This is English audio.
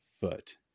foot